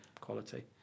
quality